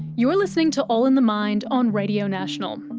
you're listening to all in the mind on radio national,